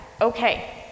okay